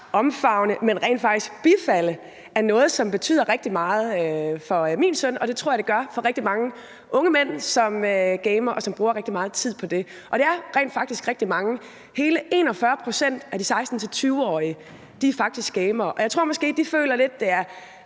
omfavne, men rent faktisk bifalde det, er noget, som betyder rigtig meget for min søn – og det tror jeg det gør for rigtig mange unge mænd, som gamer og bruger rigtig meget tid på det. Og det er rent faktisk rigtig mange: Hele 41 pct. af de 16-20-årige er gamere. Jeg tror måske, at de føler, at det er